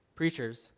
preachers